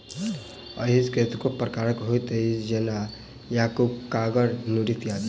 असील कतेको प्रकारक होइत अछि, जेना याकूब, कागर, नूरी इत्यादि